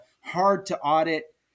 hard-to-audit